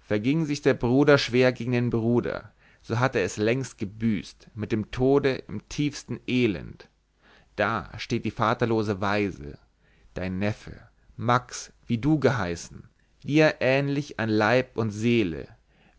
verging sich der bruder schwer gegen den bruder so hat er es längst gebüßt mit dem tode im tiefsten elend da steht die vaterlose waise dein neffe max wie du geheißen dir ähnlich an leib und seele